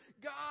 God